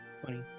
funny